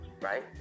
right